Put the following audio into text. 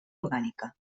orgànica